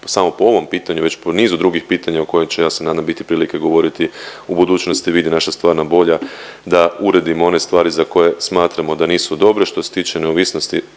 samo ovom pitanju, već po nizu drugih pitanja o kojim će ja se nadam biti prilike govoriti u budućnosti vidi naša stvarna volja da uredimo one stvari za koje smatramo da nisu dobre. Što se tiče neovisnosti